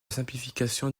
simplification